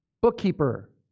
bookkeeper